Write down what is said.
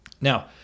now